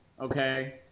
Okay